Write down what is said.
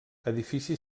edifici